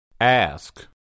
Ask